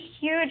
huge